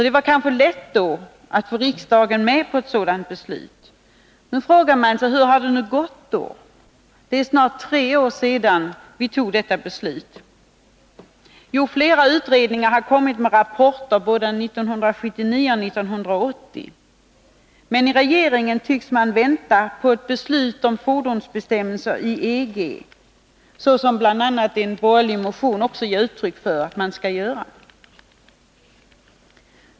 Det var kanske lätt då att få riksdagen med på ett sådant beslut. Nu kan man fråga sig: Hur har det gått? Det är snart tre år sedan vi tog detta beslut. Jo, flera utredningar har avgivit rapporter, både 1979 och 1980. Men regeringen tycks vänta på ett beslut om fordonsbestämmelser i EG, såsom bl.a. en borgerlig motion begär att vi skall göra.